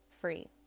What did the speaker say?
free